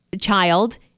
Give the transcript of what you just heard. child